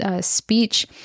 speech